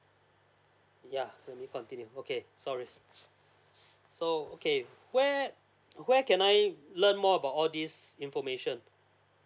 yeah we may continue okay sorry so okay where where can I learn more about all these information